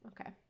Okay